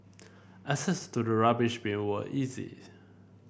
access to the rubbish bin was easy